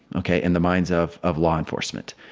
ok, in the minds of of law enforcement.